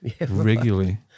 regularly